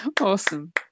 Awesome